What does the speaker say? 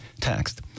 taxed